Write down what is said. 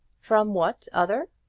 from what other?